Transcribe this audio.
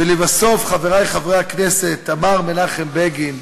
ולבסוף, חברי חברי הכנסת, אמר מנחם בגין,